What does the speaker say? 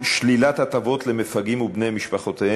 מס' 1329: שלילת הטבות למפגעים ובני משפחותיהם.